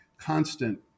constant